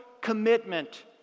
commitment